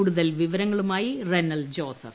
കൂടുതൽ വിവരങ്ങളുമായി റിനൽ ജോസഫ്